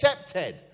accepted